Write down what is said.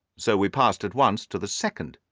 so we passed at once to the second,